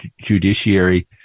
judiciary